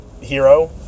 hero